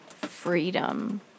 freedom